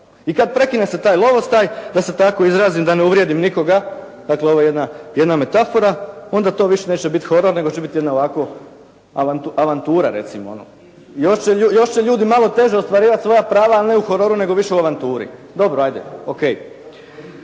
I kad prekine se taj lovostaj, da se tako izrazim da ne uvrijedim nikoga, dakle ovo je jedna, jedna metafora. Onda to više neće biti horor nego će biti jedna ovako avantura recimo ono. Još će ljudi malo teže ostvarivati svoja prava ali ne u hororu nego više u avanturi. Dobro ajde, ok.